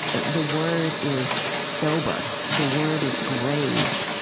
the word is sober. the word is grave.